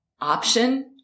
option